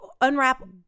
unwrap